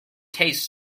taste